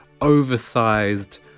oversized